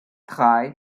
drei